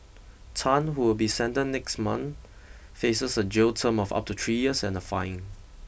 Tan who will be sentenced next month faces a jail term of up to three years and a fine